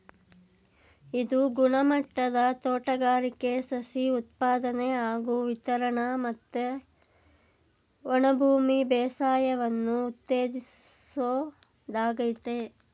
ಇದು ಗುಣಮಟ್ಟದ ತೋಟಗಾರಿಕೆ ಸಸಿ ಉತ್ಪಾದನೆ ಹಾಗೂ ವಿತರಣೆ ಮತ್ತೆ ಒಣಭೂಮಿ ಬೇಸಾಯವನ್ನು ಉತ್ತೇಜಿಸೋದಾಗಯ್ತೆ